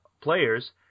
players